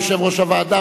יושב-ראש הוועדה,